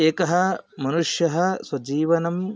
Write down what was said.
एकः मनुष्यः स्वजीवनं